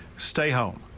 stay home.